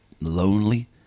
lonely